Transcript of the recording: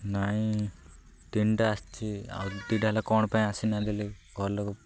ନାଇଁ ତିନିଟା ଆସିଛିି ଆଉ ଦୁଇଟା ହେଲା କ'ଣ ପାଇଁ ଆସିନି ଘର ଲୋକ